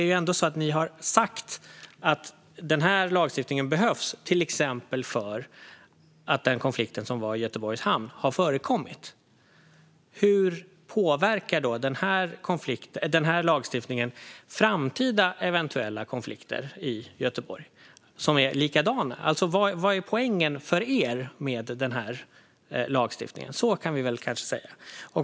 Ni har ändå sagt att den behövs, till exempel eftersom konflikten i Göteborgs hamn har förekommit. Hur kommer den lagstiftningen att påverka eventuella framtida konflikter, som är likadana, i Göteborg? Vad tycker ni är poängen med den här lagstiftningen?